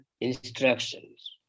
instructions